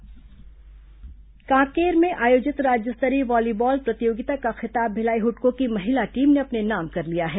खेल समाचार कांकेर में आयोजित राज्य स्तरीय वॉलीबॉल प्रतियोगिता का खिताब भिलाई हुड़को की महिला टीम ने अपने नाम कर लिया है